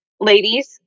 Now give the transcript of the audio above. ladies